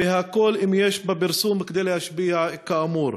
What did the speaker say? והכול אם יש בפרסום כדי להשפיע כאמור".